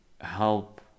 help